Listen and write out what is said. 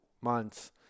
months